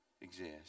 exist